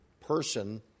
person